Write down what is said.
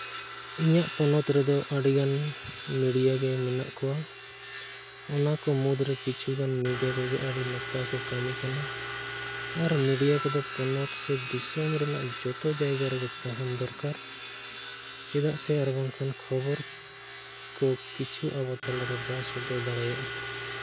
ᱤᱧᱟᱹᱜ ᱯᱚᱱᱚᱛ ᱨᱮᱫᱚ ᱟᱹᱤᱜᱟᱱ ᱢᱤᱰᱤᱭᱟ ᱜᱮ ᱢᱮᱱᱟᱜ ᱠᱚᱣᱟ ᱚᱱᱟᱠᱚ ᱢᱩᱫᱽᱨᱮᱜᱮ ᱠᱤᱪᱷᱩ ᱜᱟᱱ ᱢᱤᱰᱤᱭᱟ ᱠᱚ ᱟᱹᱰᱤ ᱱᱟᱯᱟᱭ ᱠᱚ ᱠᱟᱹᱢᱤ ᱠᱟᱱᱟ ᱟᱨ ᱢᱤᱰᱤᱭᱟ ᱠᱚᱫᱚ ᱯᱚᱱᱚᱛ ᱥᱮ ᱫᱤᱥᱚᱢ ᱨᱮᱱᱟᱜ ᱡᱚᱛᱚ ᱡᱟᱭᱜᱟ ᱨᱮᱜᱮ ᱛᱟᱦᱮᱱ ᱫᱚᱨᱠᱟᱨ ᱪᱮᱫᱟᱜ ᱥᱮ ᱟᱨ ᱵᱟᱝᱠᱷᱟᱱ ᱠᱷᱚᱵᱚᱨ ᱠᱚ ᱠᱤᱪᱷᱩ ᱟᱵᱚ ᱛᱟᱞᱟᱨᱮ ᱵᱟᱭ ᱥᱚᱫᱚᱨ ᱫᱟᱲᱮᱭᱟᱜᱼᱟ